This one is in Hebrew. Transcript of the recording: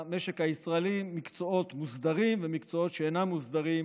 יש במשק הישראלי מקצועות מוסדרים ומקצועות שאינם מוסדרים,